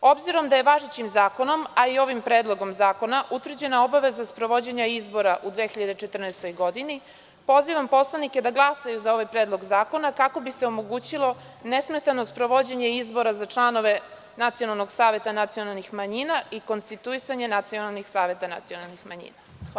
Obzirom da je važećim Zakonom, a i ovim Predlogom zakona, utvrđena obaveza sprovođenja izbora u 2014. godini, pozivam poslanike da glasaju za ovaj Predlog zakona, kako bi se omogućilo nesmetano sprovođenje izbora za članove nacionalnog saveta nacionalnih manjina i konstituisanje nacionalnih saveta nacionalnih manjina.